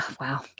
Wow